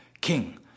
king